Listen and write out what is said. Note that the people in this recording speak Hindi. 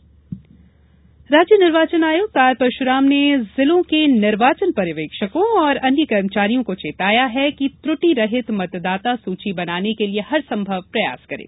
निर्वाचन आयोग राज्य निर्वाचन आयुक्त आर परशुराम ने जिलों के निर्वाचन पर्यवेक्षकों और अन्य कर्मचारियों को चेताया है कि त्रुटिरहित मतदाता सूची बनाने के लिये हर संभव प्रयास करें